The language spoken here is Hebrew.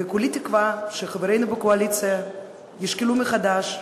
וכולי תקווה שחברינו בקואליציה ישקלו מחדש,